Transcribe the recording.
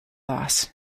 loss